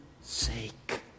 sake